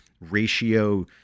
ratio